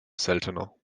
seltener